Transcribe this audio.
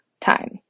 time